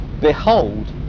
Behold